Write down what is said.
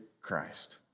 Christ